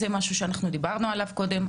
זה משהו שאנחנו דיברנו עליו קודם,